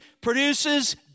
produces